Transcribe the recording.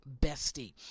bestie